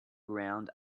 ground